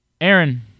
Aaron